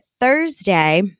Thursday